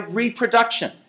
reproduction